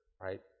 right